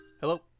Hello